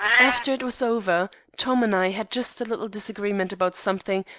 after it was over, tom and i had just a little disagreement about something,